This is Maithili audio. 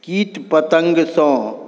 कीट पतङ्गसँ